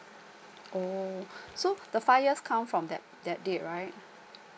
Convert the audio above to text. oh so the five years come from that that date right